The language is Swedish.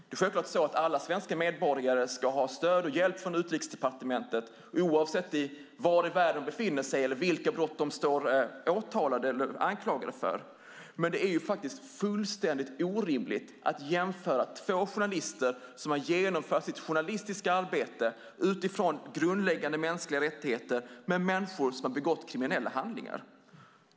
Det är självklart så att alla svenska medborgare ska ha stöd och hjälp från Utrikesdepartementet oavsett var i världen de befinner sig eller vilka brott de står anklagade för. Det är dock fullständigt orimligt att jämföra två journalister som utifrån grundläggande mänskliga rättigheter har genomfört sitt journalistiska arbete med människor som har begått kriminella handlingar.